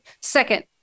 second